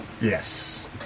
Yes